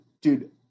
Dude